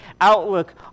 outlook